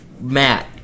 Matt